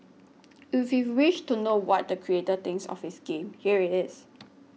if you wish to know what the creator thinks of his game here it is